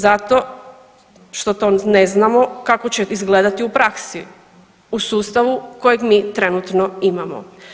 Zato što to ne znamo kako će izgledati u praksi, u sustavu kojeg mi trenutno imamo.